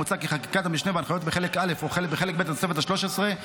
מוצע כי חקיקת המשנה וההנחיות בחלק א' או בחלק ב' לתוספת ה-13,